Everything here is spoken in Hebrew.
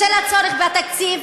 בשל הצורך בתקציב,